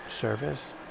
service